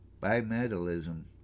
bimetallism